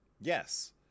Yes